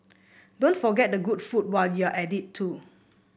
don't forget the good food while you're at it too